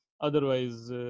otherwise